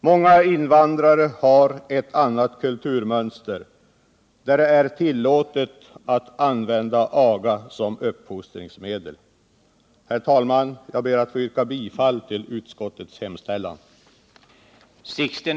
Många invandrare har ett annat kulturmönster, där det är tillåtet att använda aga som uppfostringsmedel. Herr talman! Jag ber att få yrka bifall till utskottets hemställan.